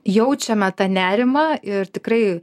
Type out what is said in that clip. jaučiame tą nerimą ir tikrai